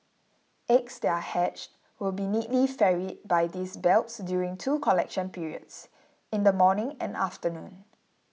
eggs they are hatched will be neatly ferried by these belts during two collection periods in the morning and afternoon